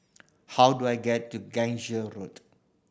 how do I get to Gangsa Road